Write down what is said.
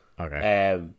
Okay